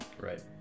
Right